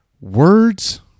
Words